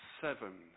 seven